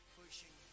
pushing